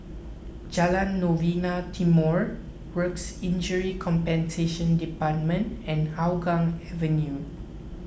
Jalan Novena Timor Work Injury Compensation Department and Hougang Avenue